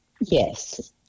Yes